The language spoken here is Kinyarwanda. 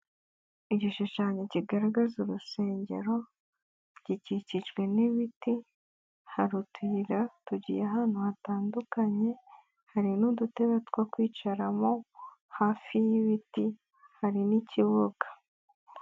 Igishushanyo kigaragaza urusengero, gikikijwe n'ibiti hari utuyira tugiye ahantu hatandukanye, hari n'udutebe two kwicaramo, hafi y'ibiti hari n'ikibuga.